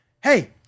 Hey